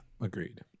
agreed